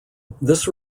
this